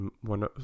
one